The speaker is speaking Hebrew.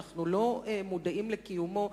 שאנחנו לא מודעים לקיומו,